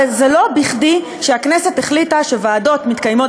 הרי לא בכדי הכנסת החליטה שוועדות מתקיימות